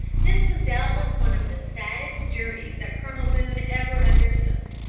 this was doubtless one of the saddest journeys that colonel boone ever undertook.